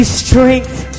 strength